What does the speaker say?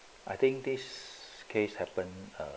I think this case happen err